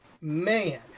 Man